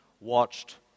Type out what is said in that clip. watched